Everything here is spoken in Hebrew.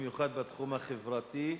במיוחד בתחום החברתי.